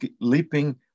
leaping